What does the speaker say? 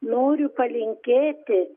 noriu palinkėti